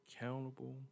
accountable